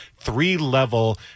three-level